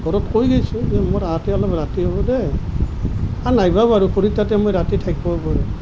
ঘৰত কৈ গৈছোঁ যে মোৰ আহোঁতে অলপ ৰাতি হ'ব দেই আৰু নাহিবও পাৰোঁ খুৰীৰ তাতে মই ৰাতি থাকিবও পাৰোঁ